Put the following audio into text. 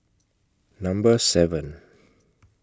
Number seven